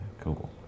cool